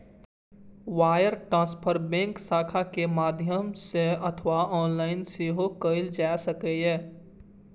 wire transfer bank शाखाक माध्यम सं अथवा ऑनलाइन सेहो कैल जा सकैए